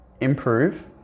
improve